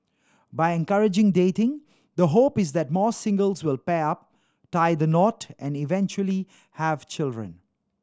by encouraging dating the hope is that more singles will pair up tie the knot and eventually have children